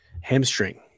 Hamstring